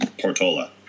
Portola